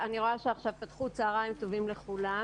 צהריים טובים לכולם,